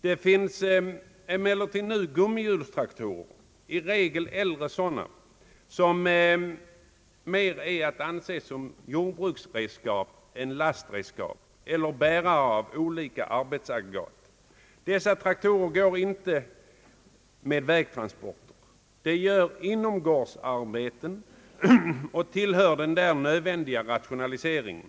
Det finns emellertid nu också gummihjulstraktorer — i regel äldre sådana — vilka snarare är att betrakta som jordbruksredskap än som lastredskap eller bärare av olika arbetsaggregat. Dessa traktorer utför inte väg transporter. De utför »inomgårdsarbeten» och tillhör den på detta område nödvändiga rationaliseringen.